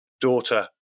daughter